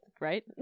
right